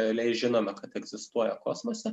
realiai žinoma kad egzistuoja kosmose